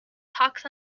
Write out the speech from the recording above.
talks